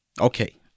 Okay